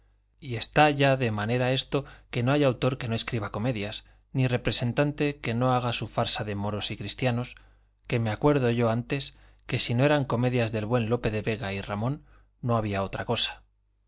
y está ya de manera esto que no hay autor que no escriba comedias ni representante que no haga su farsa de moros y cristianos que me acuerdo yo antes que si no eran comedias del buen lope de vega y ramón no había otra cosa